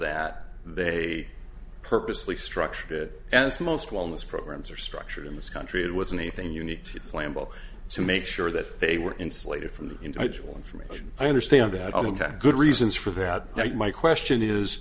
that they purposely structured it as most wellness programs are structured in this country it wasn't anything unique to flambeau to make sure that they were insulated from the individual information i understand that ok good reasons for that my question is